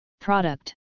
product